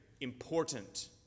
important